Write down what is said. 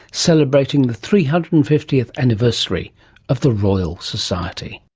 celebrating the three hundred and fiftieth anniversary of the royal society.